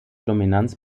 dominanz